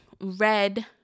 red